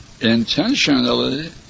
intentionally